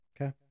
Okay